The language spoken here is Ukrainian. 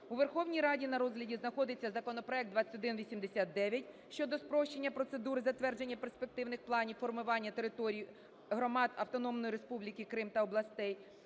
У Верховній Раді на розгляді знаходиться законопроект 2189 щодо спрощення процедур затвердження перспективних планів, формування територій громад Автономної Республіки Крим та областей.